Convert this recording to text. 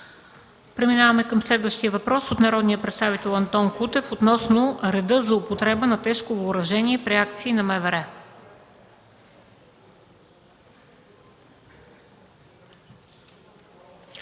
Преминаваме към следващия въпрос от народния представител Антон Кутев относно реда за употреба на тежко въоръжение при акции на МВР.